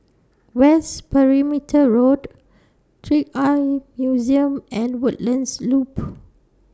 West Perimeter Road Trick Eye Museum and Woodlands Loop